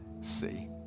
see